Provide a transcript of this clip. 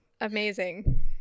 Amazing